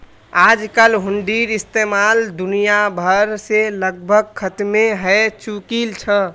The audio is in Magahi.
आजकल हुंडीर इस्तेमाल दुनिया भर से लगभग खत्मे हय चुकील छ